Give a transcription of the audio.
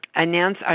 Announce